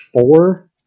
four